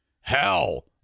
Hell